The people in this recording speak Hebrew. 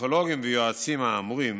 הפסיכולוגים והיועצים האמורים